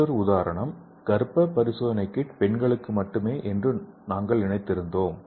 மற்றொரு உதாரணம் கர்ப்ப பரிசோதனை கிட் பெண்களுக்கு மட்டுமே என்று நாங்கள் நினைத்தோம்